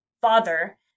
father